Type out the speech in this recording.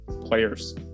players